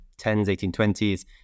1820s